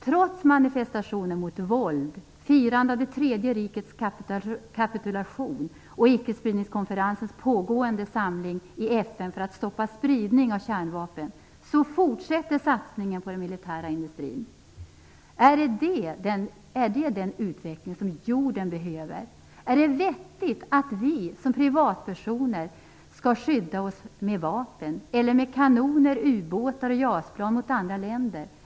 Trots manifestationer mot våld, firandet av Tredje rikets kapitulation och icke-spridningskonferensens pågående samling i FN för att stoppa spridningen av kärnvapen, så fortsätter satsningen på den militära industrin. Är det den utveckling som jorden behöver? Är det vettigt att vi som privatpersoner skall skydda oss med vapen? Eller med kanoner, ubåtar och JAS-plan mot andra länder?